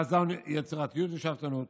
חזון, יצירתיות ושאפתנות".